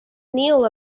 neal